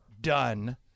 Done